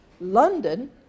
London